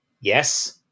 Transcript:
yes